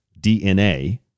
DNA